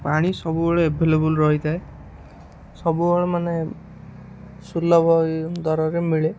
ପାଣି ସବୁବେଳେ ଏଭେଲେବୁଲ୍ ରହିଥାଏ ସବୁବେଳେ ମାନେ ସୁଲଭ ଦରରେ ମିଳେ